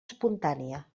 espontània